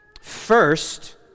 First